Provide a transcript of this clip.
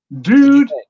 Dude